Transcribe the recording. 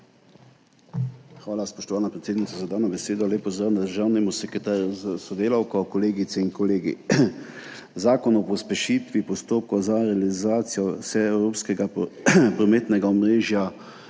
Hvala, spoštovana predsednica, za dano besedo. Lep pozdrav državnemu sekretarju s sodelavko, kolegicam in kolegom! Zakon o pospešitvi postopkov za realizacijo vseevropskega prometnega omrežja